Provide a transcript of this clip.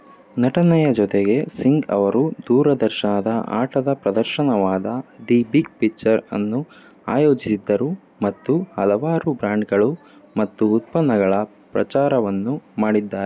ನಟನೆಯ ಜೊತೆಗೆ ಸಿಂಗ್ ಅವರು ದೂರದರ್ಶನದ ಆಟದ ಪ್ರದರ್ಶನವಾದ ದಿ ಬಿಗ್ ಪಿಕ್ಚರ್ ಅನ್ನು ಆಯೋಜಿಸಿದ್ದರು ಮತ್ತು ಹಲವಾರು ಬ್ರ್ಯಾಂಡ್ಗಳು ಮತ್ತು ಉತ್ಪನ್ನಗಳ ಪ್ರಚಾರವನ್ನೂ ಮಾಡಿದ್ದಾರೆ